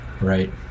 right